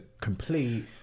complete